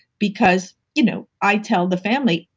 because, you know, i tell the family,